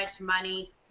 money